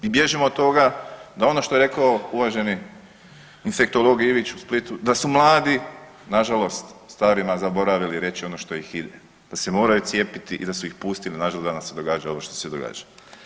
I bježimo od toga da ono što je rekao uvaženi infektolog Ivić u Splitu da su mladi na žalost starima zaboravili reći ono što ih ide, da se moraju cijepiti i da su ih pustili na žalost da nam se događa ono što nam se događa.